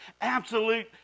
absolute